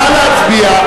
נא להצביע.